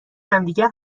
همدیگر